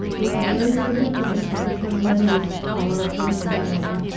is very significant of the tremendous power of the majority.